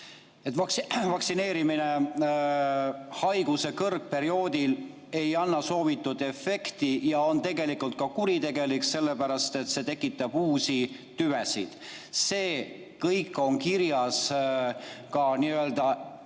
vaktsineerimine haiguse kõrgperioodil ei anna soovitud efekti ja on tegelikult ka kuritegelik, sellepärast et see tekitab uusi tüvesid. See kõik on kirjas, ka